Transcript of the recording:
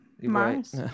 Mars